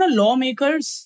lawmakers